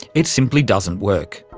it simply doesn't work.